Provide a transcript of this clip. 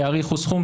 טיפה יאריכו סכום,